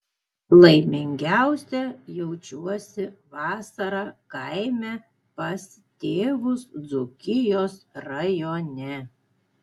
laimingiausia jaučiuosi vasarą kaime pas tėvus dzūkijos rajone